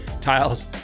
tiles